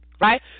right